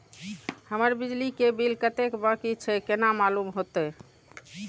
हमर बिजली के बिल कतेक बाकी छे केना मालूम होते?